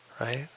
right